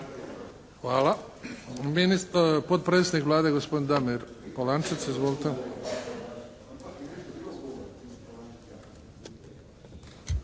Hvala. Potpredsjednik Vlade gospodin Damir Polančec. Izvolite.